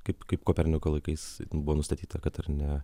kaip kaip koperniko laikais buvo nustatyta kad ar ne